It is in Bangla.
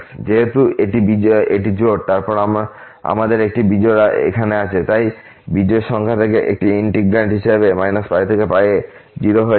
যেহেতু এটি জোড় এবং তারপর আমাদের একটি বিজোড় এখানে আছে এই বিজোড় সংখ্যা থেকে একটি integrand হিসাবে π থেকে এ 0 হয়ে যাবে